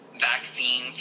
vaccine